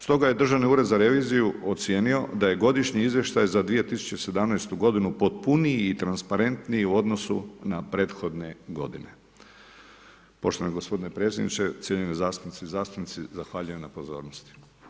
Stoga je Državni ured za reviziju ocijenio da je godišnji izvještaj za 2017. potpuniji i transparentniji u odnosu na prethodne g. Poštovani g. predsjedniče, cijenjene zastupnice i zastupnici zahvaljujem na pozornosti.